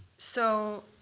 so